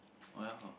oh ya hor